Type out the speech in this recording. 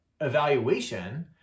evaluation